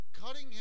cutting